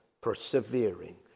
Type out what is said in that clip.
persevering